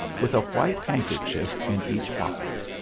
with a white handkerchief in each pocket.